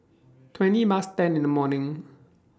twenty Past ten in The morning